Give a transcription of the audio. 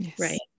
right